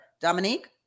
Dominique